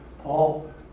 Paul